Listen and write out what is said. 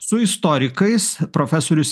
su istorikais profesorius